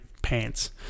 Pants